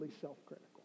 self-critical